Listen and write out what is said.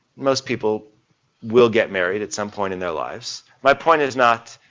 most people will get married at some point in their lives. my point is not,